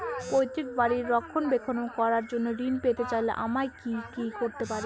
পৈত্রিক বাড়ির রক্ষণাবেক্ষণ করার জন্য ঋণ পেতে চাইলে আমায় কি কী করতে পারি?